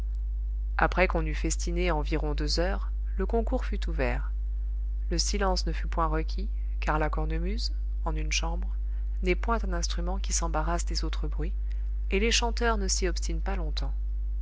après qu'on eut festiné environ deux heures le concours fut ouvert le silence ne fut point requis car la cornemuse en une chambre n'est point un instrument qui s'embarrasse des autres bruits et les chanteurs ne s'y obstinent pas longtemps